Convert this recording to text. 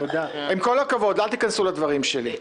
עם כל הכבוד, אל תיכנסו לדברים שלי.